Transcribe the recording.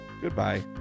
goodbye